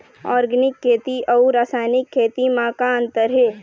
Organic खेती अउ रासायनिक खेती म का अंतर हे?